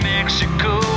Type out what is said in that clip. Mexico